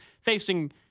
facing